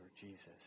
Jesus